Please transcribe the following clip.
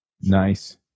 Nice